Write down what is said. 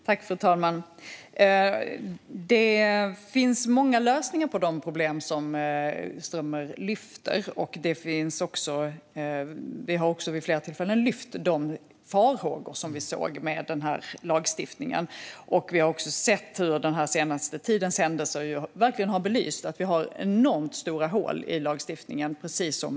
Fru talman! Det finns många lösningar på de problem som Strömmer lyfter fram. Vi har också vid flera tillfällen lyft fram de farhågor som vi såg med lagstiftningen. Vi har sett hur den senaste tidens händelser verkligen har belyst att vi precis som vi befarade har enormt stora hål i lagstiftningen.